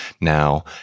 Now